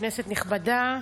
כנסת נכבדה,